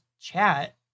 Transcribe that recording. chat